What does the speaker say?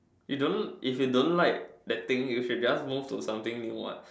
you don't if you don't like that thing you should just move to something new what